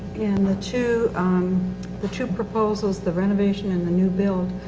and the two um the two proposals, the renovation and the new build,